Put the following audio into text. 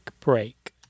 break